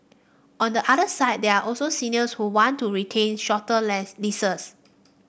on the other side there are also seniors who want to retain shorter less leases